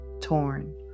torn